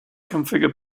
configure